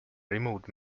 remote